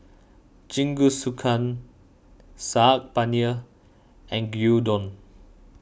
Jingisukan Saag Paneer and Gyudon